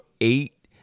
eight